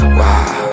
wow